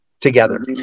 together